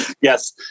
Yes